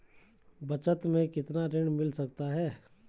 बचत मैं कितना ऋण मिल सकता है?